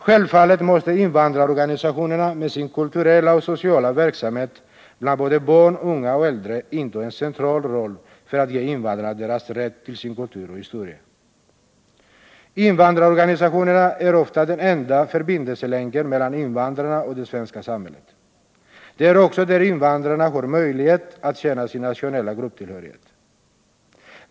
Självfallet måste invandrarorganisationerna med sin kulturella och sociala verksamhet bland barn, unga och äldre inta en central roll när det gäller att ge invandrarna deras rätt till sin kultur och historia. Invandrarorganisationerna är ofta den enda förbindelselänken mellan invandrarna och det svenska samhället. Det är också där som invandrarna har möjlighet att känna sin nationella grupptillhörighet.